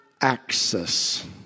axis